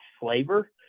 flavor